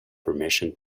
permission